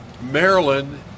Maryland